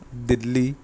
Delhi